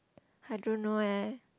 I don't know leh